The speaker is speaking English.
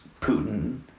Putin